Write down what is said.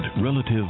relative